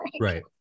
Right